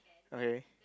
okay